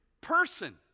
person